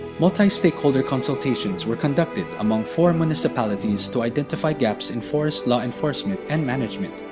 multi-stakeholder consultations were conducted among four municipalities to identify gaps in forest law enforcement and management.